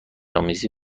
آمیزی